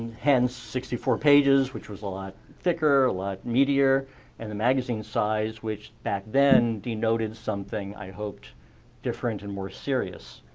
hence sixty four pages which was a lot thicker, a lot meatier and the magazine size which back then denoted something i hoped different and more serious.